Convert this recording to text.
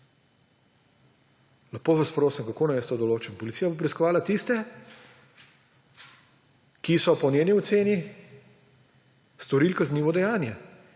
Lepo vas prosim! Kako naj jaz to določim? Policija bo preiskovala tiste, ki so po njeni oceni storili kaznivo dejanje.